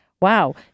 Wow